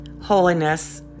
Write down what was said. Holiness